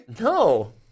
No